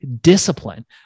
discipline